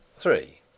Three